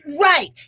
right